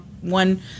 one